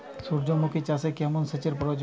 সূর্যমুখি চাষে কেমন সেচের প্রয়োজন?